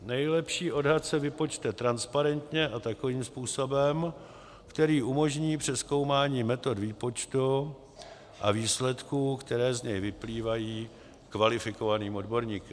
Nejlepší odhad se vypočte transparentně a takovým způsobem, který umožní přezkoumání metod výpočtu a výsledků, které z něj vyplývají, kvalifikovaným odborníkem.